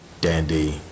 Dandy